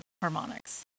harmonics